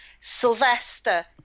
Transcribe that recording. Sylvester